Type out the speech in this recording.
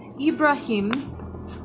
Ibrahim